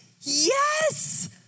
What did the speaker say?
Yes